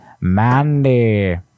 mandy